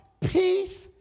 peace